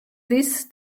this